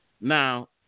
Now